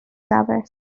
dafis